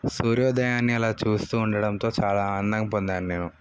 సూర్యోదయాన్ని అలా చూస్తూ ఉండటంతో చాలా ఆనందం పొందాను నేను